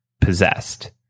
possessed